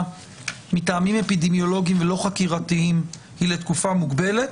מטעמים אפידמיולוגיים ולא חקירתיים היא לתקופה מוגבלת,